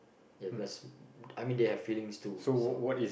ya because I mean they have feelings too so